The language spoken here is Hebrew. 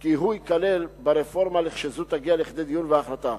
כי הוא ייכלל ברפורמה כשזו תגיע לכדי דיון והחלטה.